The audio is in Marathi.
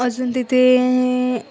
अजून तिथे